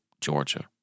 Georgia